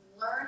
learn